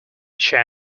chance